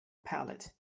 pallet